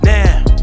Now